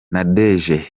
nadege